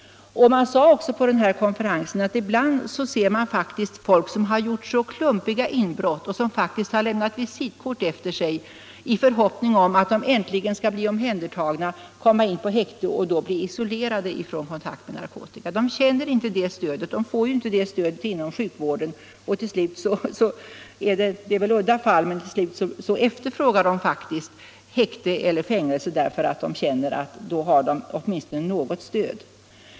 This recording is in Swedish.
Man sade också på konferensen att man i bland ser folk som gjort oerhört klumpiga inbrott och som faktiskt lämnat visitkort efter sig i förhoppning om att äntligen bli omhändertagna, komma in på häkte och då bli isolerade från kontakt med narkotika. De får ju inte det stödet inom sjukvården. Det är väl udda fall det rör sig om, men till slut efter Nr 98 frågar de faktiskt häkte eller fängelse därför att de känner att då får Måndagen den de åtminstone något stöd.